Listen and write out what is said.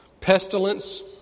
Pestilence